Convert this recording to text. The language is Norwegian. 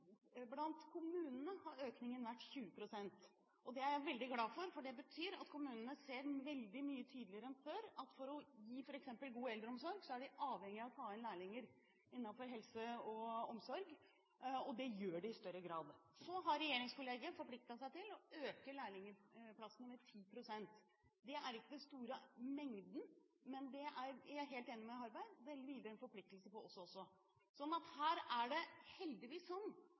økningen vært 20 pst. Det er jeg veldig glad for, for det betyr at kommunene ser veldig mye tydeligere enn før at de f.eks. for å gi god eldreomsorg er avhengig av å ta inn lærlinger innenfor helse og omsorg – og det gjør de i større grad. Så har regjeringskollegiet forpliktet seg til å øke antallet lærlingplasser med 10 pst. Det er ikke den store mengden, men jeg er helt enig med Harberg i at det hviler en forpliktelse på oss også. Her er det heldigvis sånn at vi er